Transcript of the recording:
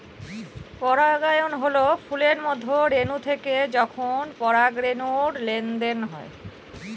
পরাগায়ন হল ফুলের মধ্যে রেনু থেকে যখন পরাগরেনুর লেনদেন হয়